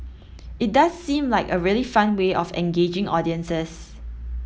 it does seem like a really fun way of engaging audiences